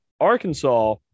Arkansas